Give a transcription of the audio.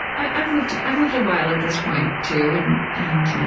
i've lived i've lived a while at this point too, and and